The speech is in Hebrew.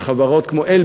חברות כמו "נס",